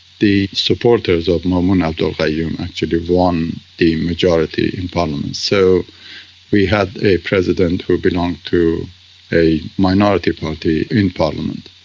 the supporters of maumoon abdul gayoom actually won the majority in parliament. so we had a president who belonged to a minority party in parliament,